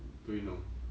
do you know